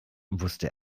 wusste